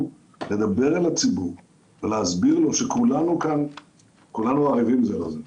לדבר אל הציבור ולהסביר לו שכולנו כאן ערבים זה לזה.